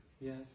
Yes